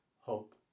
hope